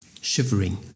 shivering